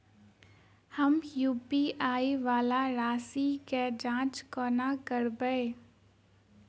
हम यु.पी.आई वला राशि केँ जाँच कोना करबै?